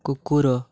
କୁକୁର